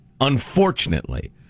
unfortunately